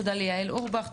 תודה ליעל אורבך,